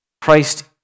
Christ